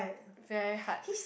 very hard